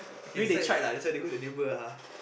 maybe they tried lah that's why they go the table ah